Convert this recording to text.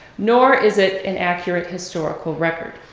nor is it an accurate historical record.